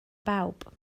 bawb